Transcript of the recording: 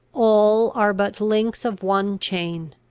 all are but links of one chain.